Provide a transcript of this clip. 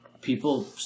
people